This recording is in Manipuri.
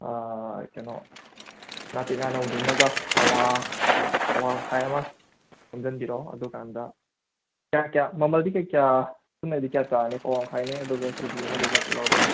ꯀꯩꯅꯣ ꯉꯥꯇꯦꯛ ꯉꯥꯅꯧꯗꯨꯃꯒ ꯄꯋꯥ ꯄꯋꯥ ꯃꯈꯥꯏ ꯑꯃ ꯌꯣꯝꯖꯟꯕꯤꯔꯣ ꯑꯗꯨꯀꯥꯟꯗ ꯀꯌꯥ ꯀꯌꯥ ꯃꯃꯜꯗꯤ ꯀꯌꯥ ꯀꯌꯥ ꯄꯨꯟꯅꯗꯤ ꯀꯌꯥ ꯇꯥꯔꯅꯤ ꯄꯋꯥ ꯃꯈꯥꯏꯅꯤ ꯑꯗꯨꯒ ꯀꯦꯖꯤ ꯑꯃꯗꯨꯒ ꯄꯨꯛꯂꯥꯎꯕꯤ